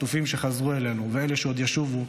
החטופים שחזרו אלינו ואלה שעוד ישובו,